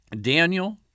Daniel